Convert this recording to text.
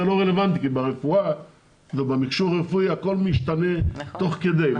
לא רלוונטי כי במכשור הרפואי הכל משתנה תוך כדי.